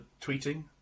tweeting